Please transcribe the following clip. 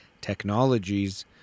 technologies